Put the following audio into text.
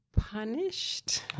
Punished